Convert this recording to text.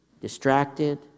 distracted